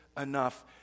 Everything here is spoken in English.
enough